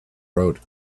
road